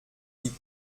die